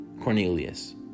Cornelius